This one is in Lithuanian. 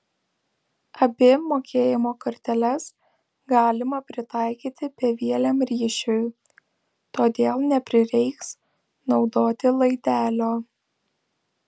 abi mokėjimo korteles galima pritaikyti bevieliam ryšiui todėl neprireiks naudoti laidelio